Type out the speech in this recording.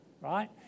right